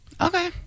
Okay